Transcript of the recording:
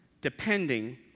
depending